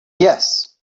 yes